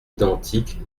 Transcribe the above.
identiques